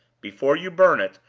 before you burn it,